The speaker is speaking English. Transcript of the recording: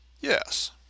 Yes